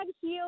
heal